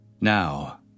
Now